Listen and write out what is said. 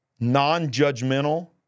non-judgmental